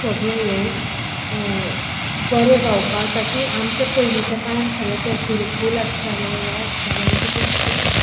सगळें हें बरें जावपाक जाता की आमच्या पयलींच्या काळान सगळें तें गुरुकूल आसतालें हें आसतालें आनी तितून सगळें